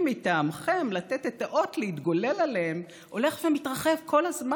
מטעמכם לתת את האות להתגולל עליהם הולך ומתרחב כל הזמן.